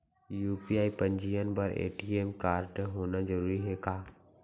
UPI पंजीयन बर ATM कारडहोना जरूरी हे का?